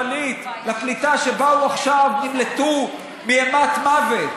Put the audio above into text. איך היא מתייחסת לפליט או לפליטה שבאו עכשיו ונמלטו מאימת מוות,